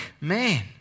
man